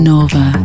Nova